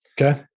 Okay